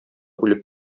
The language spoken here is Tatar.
үлеп